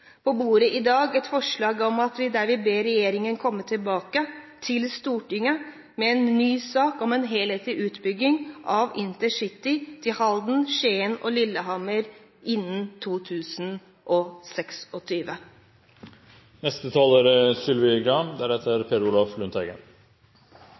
på bordet et forslag hvor vi ber regjeringen om å komme tilbake til Stortinget med en ny sak om en helhetlig utbygging av InterCity til Halden, Skien og Lillehammer innen